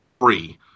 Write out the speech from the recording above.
free